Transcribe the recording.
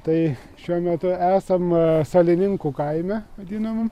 tai šiuo metu esam a salininkų kaime vadinamam